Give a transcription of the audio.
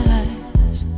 eyes